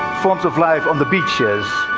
forms of life on the beaches.